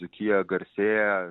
dzūkija garsėja